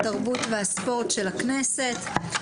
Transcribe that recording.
התרבות והספורט של הכנסת.